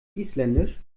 isländisch